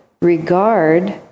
regard